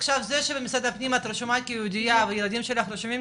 עכשיו שזה שאת במשרד הפנים את רשומה כיהודייה והילדים שלך רשומים,